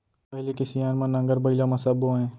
पहिली के सियान मन नांगर बइला म सब बोवयँ